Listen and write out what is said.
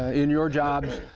in your jobs,